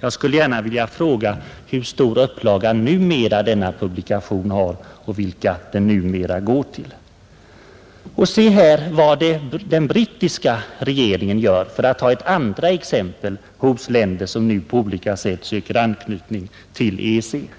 Jag skulle gärna vilja fråga hur stor upplaga denna publikation numera har och vilka den går till. För att ta ett andra exempel bland länder som nu på olika sätt söker anknytning till EEC vill jag visa även vad den brittiska regeringen gör.